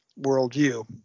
worldview